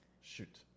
shoot